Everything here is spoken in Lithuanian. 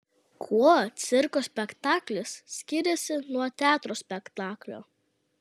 kuo cirko spektaklis skiriasi nuo teatro spektaklio